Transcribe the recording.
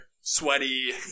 sweaty